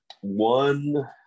one